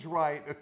right